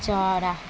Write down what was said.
चरा